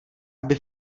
aby